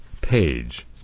page